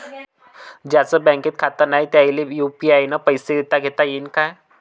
ज्याईचं बँकेत खातं नाय त्याईले बी यू.पी.आय न पैसे देताघेता येईन काय?